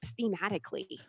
thematically